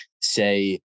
say